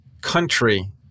country